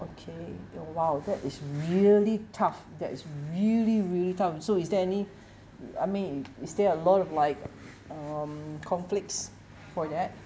okay oh !wow! that is really tough that is really really tough so is there any I mean i~ is there a lot of like um conflicts for that